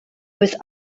his